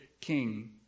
king